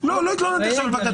-- לא התלוננתי עכשיו על בג"ץ.